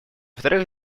вторых